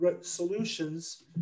solutions